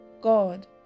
god